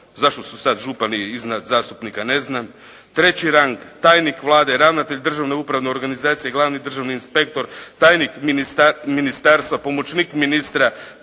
Zašto su sada župani iznad zastupnika? Ne znam. Treći rang, tajnik Vlade, ravnatelj državne upravne organizacije, glavni državni inspektor, tajnik ministarstva, pomoćnik ministra,